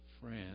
France